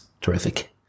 terrific